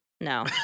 No